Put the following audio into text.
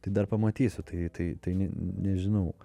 tai dar pamatysiu tai tai tai nežinau